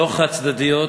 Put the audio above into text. לא חד-צדדיות